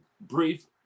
brief